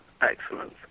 excellent